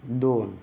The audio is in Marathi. दोन